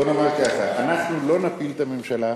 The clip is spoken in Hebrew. בוא נאמר ככה, אנחנו לא נפיל את הממשלה,